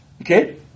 Okay